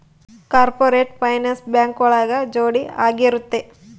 corporate finance bank ಒಳಗ ಜೋಡಿ ಆಗಿರುತ್ತೆ